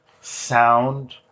sound